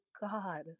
God